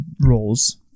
roles